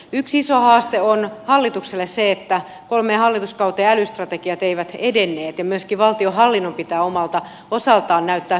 yksi iso haaste hallitukselle on se että kolmeen hallituskauteen älystrategiat eivät edenneet ja myöskin valtionhallinnon pitää omalta osaltaan näyttää suuntaa